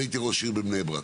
הייתי ראש עיר בבני ברק,